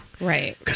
Right